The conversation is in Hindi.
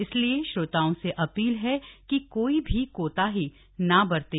इसलिए श्रोताओं से अपील है कि कोई भी कोताही न बरतें